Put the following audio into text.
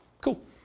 Cool